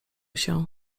się